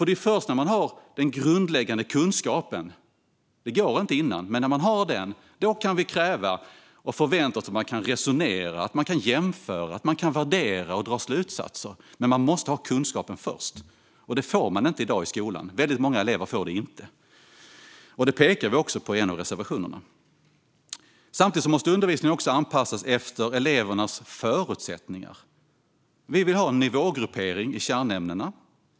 Det är först när eleverna har den grundläggande kunskapen - det går inte innan - som vi kan kräva och förvänta oss att de kan resonera, jämföra, värdera och dra slutsatser. De måste ha kunskapen först, och det får de inte i dag i skolan. Väldigt många elever får det inte, och det pekar vi också på i en av reservationerna. Samtidigt måste undervisningen också anpassas efter elevernas förutsättningar. Vi vill ha nivågruppering i kärnämnena.